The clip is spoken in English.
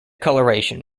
coloration